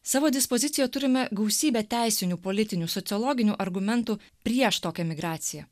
savo dispozicijoje turime gausybę teisinių politinių sociologinių argumentų prieš tokią migraciją